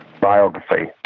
biography